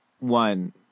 one